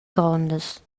grondas